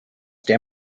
der